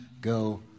go